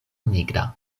nigra